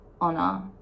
honor